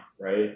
right